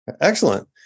Excellent